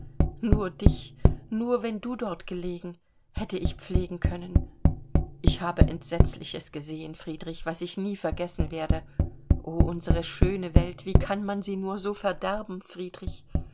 nur dich nur wenn du dort gelegen hätte ich pflegen können ich habe entsetzliches gesehen friedrich was ich nie vergessen werde o unsere schöne welt wie kann man sie nur so verderben friedrich